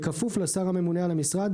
בכפוף לשר הממונה על המשרד,